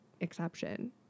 exception